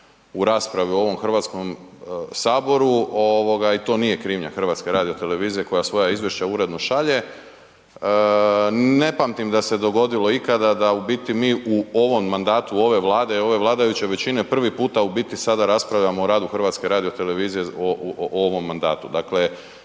u raspravu u ovom Hrvatskom saboru ovoga i to nije krivnja HRT-a koja svoja izvješća uredno šalje, ne pamtim da se dogodilo ikada da u biti mi u ovom mandatu ove Vlade i ove vladajuće većine prvi puta u biti sada raspravljamo o radu HRT-a u ovom mandatu.